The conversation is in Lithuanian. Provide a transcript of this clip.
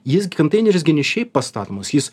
jis gi konteineris gi ne šiaip pastatomas jis